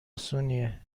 اسونیه